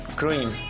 cream